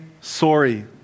sorry